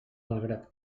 malgrat